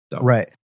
Right